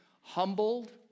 humbled